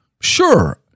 Sure